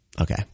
Okay